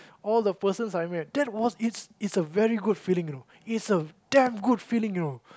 all the persons I met that was it's it's a very good feeling you know it's a damn good feeling you know